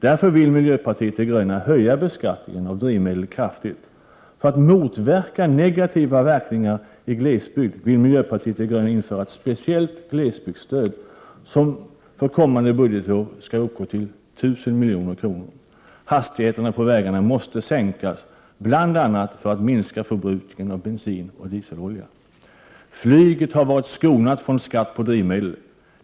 Därför vill miljöpartiet de gröna höja beskattningen av drivmedel kraftigt. För att motverka negativa verkningar i Prot. 1988/89:59 glesbygd vill miljöpartiet de gröna införa ett speciellt glesbygdsstöd som för 1 februari 1989 kommande budgetår skall uppgå till 1 000 milj.kr. Hastigheterna på vägarna måste sänkas bl.a. för att minska förbrukningen av bensin och dieselolja. Flyget har varit skonat från skatt på drivmedel.